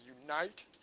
unite